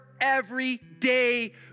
everyday